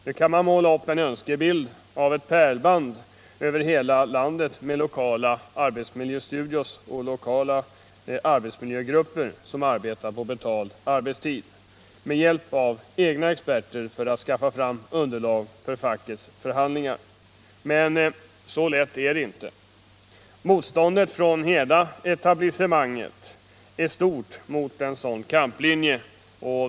Nu kan man måla upp en önskebild av ett pärlband över hela landet med lokala arbetsmiljöstudior och lokala arbetsmiljögrupper som arbetar på betald arbetstid med hjälp av egna experter för att skaffa fram underlag för fackets förhandlingar. Men så lätt är det inte. Motståndet från hela etablissemanget är stort mot en sådan kamplinje.